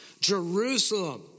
Jerusalem